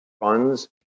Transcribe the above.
funds